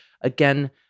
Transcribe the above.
Again